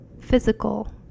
physical